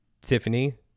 Tiffany